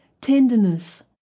tenderness